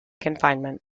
confinement